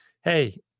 hey